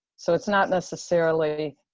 so it's not necessarily,